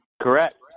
Correct